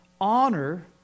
honor